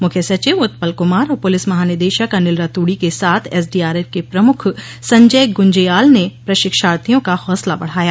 मुख्य सचिव उत्पल कुमार और पुलिस महानिदेशक अनिल रतूड़ी के साथ एसडीआरएफ के प्रमुख संजय गुंज्याल के प्रशिक्षार्थियों का हौसला बढ़ाया